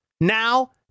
Now